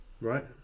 Right